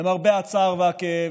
למרבה הצער והכאב,